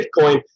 Bitcoin